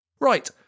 Right